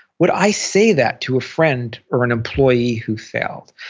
would i say that to a friend or an employee who failed?